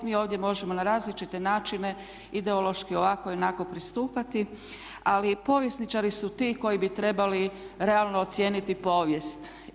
Mi ovdje možemo na različite načine ideološki ovako i onako pristupati, ali povjesničari su ti koji bi trebali realno ocijeniti povijest.